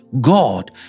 God